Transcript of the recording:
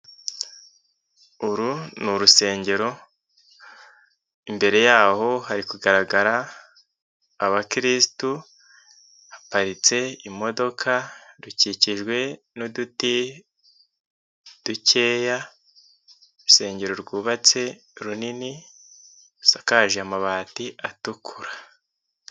Uru ni urusengero, imbere yaho hari kugaragara abakirisitu, haparitse imodoka, rukikijwe n'uduti dukeya, urusengero rwubatse runini rusakaje amabati atukura.